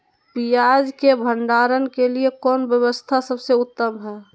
पियाज़ के भंडारण के लिए कौन व्यवस्था सबसे उत्तम है?